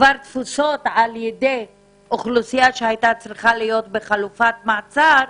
כבר תפוסים על ידי אוכלוסייה שהייתה צריכה להיות בחלופת מעצר,